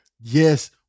Yes